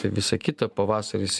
visa kita pavasaris